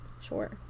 sure